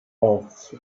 off